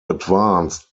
advanced